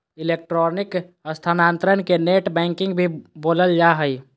electronic स्थानान्तरण के net banking भी बोलल जा हइ